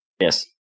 yes